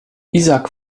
isaac